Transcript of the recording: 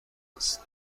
است